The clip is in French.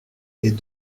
est